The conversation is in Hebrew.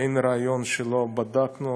אין רעיון שלא בדקנו.